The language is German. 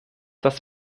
das